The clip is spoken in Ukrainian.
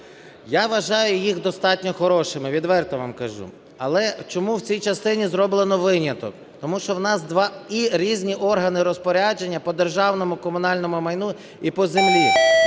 Я вважаю їх достатньо хорошими, відверто вам кажу. Але чому в цій частині зроблено виняток? Тому що в нас два і різні органи розпорядження по державному, комунальному майну і по землі.